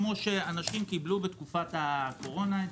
כפי שאנשים קיבלו בתקופת הקורונה.